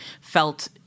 felt